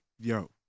Yo